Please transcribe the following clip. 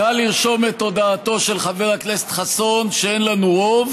נא לרשום את הודעתו של חבר הכנסת חסון שאין לנו רוב,